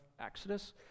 Exodus